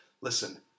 listen